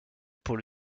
pour